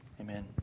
Amen